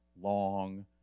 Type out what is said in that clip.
long